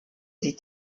sie